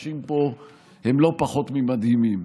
שמתרחשים פה הם לא פחות ממדהימים.